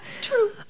True